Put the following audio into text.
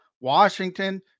Washington